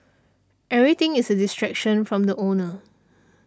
everything is a distraction from the owner